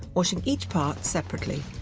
washing each part separately.